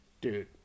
dude